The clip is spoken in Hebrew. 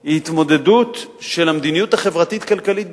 היא התמודדות של המדיניות החברתית-הכלכלית בכלל,